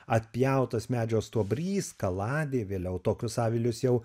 atpjautas medžio stuobrys kaladė vėliau tokius avilius jau